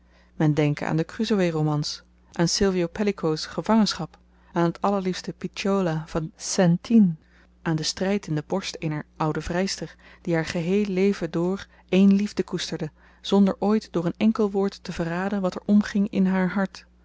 men denke aan de crusoë romans aan silvio pellico's gevangenschap aan t allerliefste picciola van saintine aan den stryd in de borst eener oude vryster die haar geheel leven door één liefde koesterde zonder ooit door een enkel woord te verraden wat er omging in haar hart